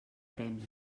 premi